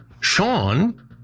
Sean